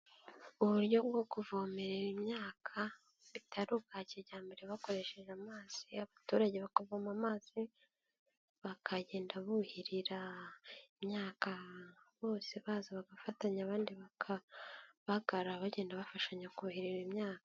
Uburyo bwo kuvomerera imyaka bitari ubwa kijyambere bakoresheje amazi abaturage bakavoma amazi bakagenda buhirira imyaka bose baza bagafatanya abandi bakabagara bagenda bafashanya kuhirira imyaka.